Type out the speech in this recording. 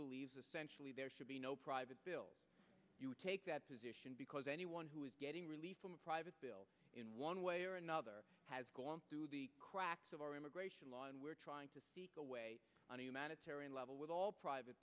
believes essentially there should be no private bill take that position because anyone who is getting relief from a private bill in one way or another has gone through cracks of our immigration law and we're trying to on a humanitarian level with all private